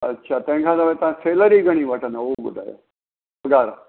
अच्छा तंहिंखां सवाइ तव्हां सेलरी घणी वठंदव उहो ॿुधायो